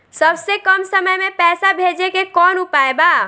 सबसे कम समय मे पैसा भेजे के कौन उपाय बा?